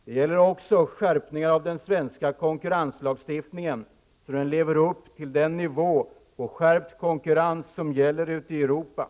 Det gäller också att skärpa den svenska konkurrenslagstiftningen, så att den når upp till samma nivå som ute i Europa.